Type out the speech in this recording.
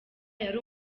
yari